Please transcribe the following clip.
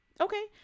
Okay